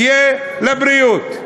שיהיה לבריאות.